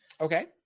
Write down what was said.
okay